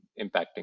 impacting